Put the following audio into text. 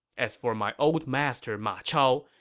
as for my old master ma chao,